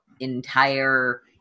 Entire